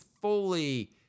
fully